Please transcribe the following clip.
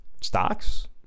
stocks